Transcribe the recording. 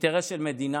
כאינטרס של המדינה.